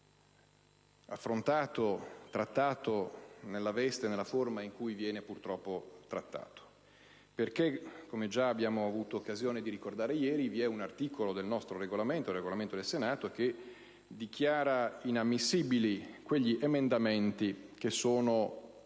essere trattato nella veste e nella forma in cui viene purtroppo trattato perché, come già abbiamo avuto occasione di ricordare ieri, vi è un articolo del Regolamento del Senato che dichiara inammissibili gli emendamenti estranei